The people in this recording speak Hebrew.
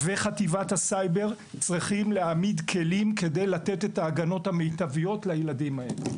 וחטיבת הסייבר, צריכים להעמיד כלים לילדים האלה.